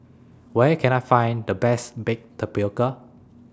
Where Can I Find The Best Baked Tapioca